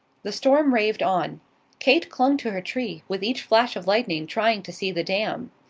the storm raved on kate clung to her tree, with each flash of lightning trying to see the dam.